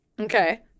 Okay